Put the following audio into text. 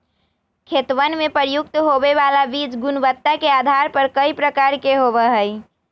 खेतवन में प्रयुक्त होवे वाला बीज गुणवत्ता के आधार पर कई प्रकार के होवा हई